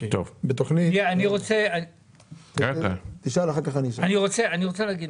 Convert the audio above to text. אני רוצה לומר משהו.